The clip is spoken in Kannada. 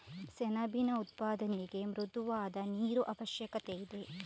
ಸೆಣಬಿನ ಉತ್ಪಾದನೆಗೆ ಮೃದುವಾದ ನೀರು ಅವಶ್ಯಕತೆಯಿದೆ